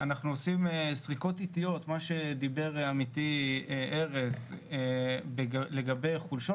אנחנו עושים סריקות איטיות - מה שדיבר עמיתי ארז - לגבי חולשות,